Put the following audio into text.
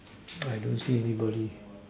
I don't see anybody